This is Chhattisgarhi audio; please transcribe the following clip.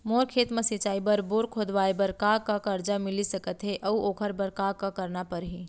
मोर खेत म सिंचाई बर बोर खोदवाये बर का का करजा मिलिस सकत हे अऊ ओखर बर का का करना परही?